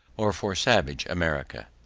or for savage america.